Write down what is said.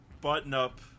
button-up